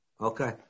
Okay